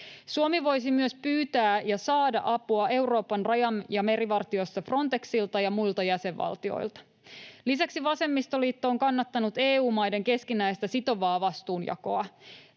Suomi voisi myös pyytää ja saada apua Euroopan raja- ja merivartiosto Frontexilta ja muilta jäsenvaltioilta. Lisäksi vasemmistoliitto on kannattanut EU-maiden keskinäistä sitovaa vastuunjakoa.